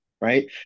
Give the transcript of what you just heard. right